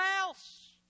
else